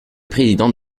président